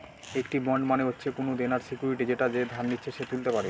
একটি বন্ড মানে হচ্ছে কোনো দেনার সিকুইরিটি যেটা যে ধার নিচ্ছে সে তুলতে পারে